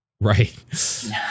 right